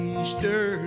Easter